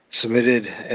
submitted